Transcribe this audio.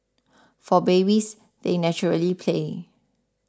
for babies they naturally play